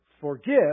forgive